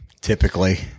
typically